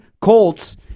Colts